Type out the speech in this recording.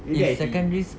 in secondary